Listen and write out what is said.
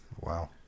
wow